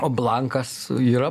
o blankas yra